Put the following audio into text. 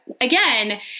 again